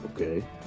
Okay